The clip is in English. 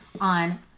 on